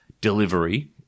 delivery